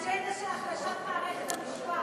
אג'נדה של החלשת מערכת המשפט,